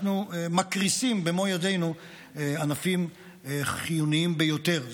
אנחנו מקריסים במו ידינו ענפים חיוניים ביותר.